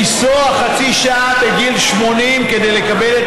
לנסוע חצי שעה בגיל 80 כדי לקבל את